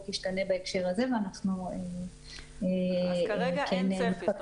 ישתנה בהקשר הזה ואנחנו --- אז כרגע אין צפי.